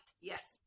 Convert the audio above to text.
yes